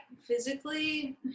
physically